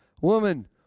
Woman